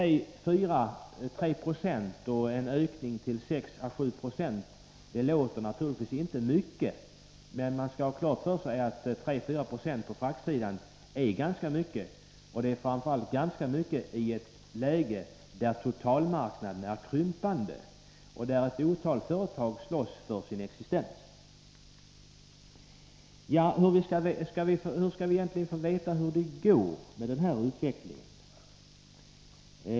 En ökning från 3 å 4 96 till 6 å 7 2 låter naturligtvis inte mycket, men man skall ha klart för sig att 3-4 90 på fraktsidan är ganska mycket, framför allt i ett läge då totalmarknaderna är krympande och då ett otal företag slåss för sin existens. Hur skall vi egentligen få veta hur det går med den här utvecklingen?